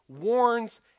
warns